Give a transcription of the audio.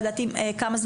שלושים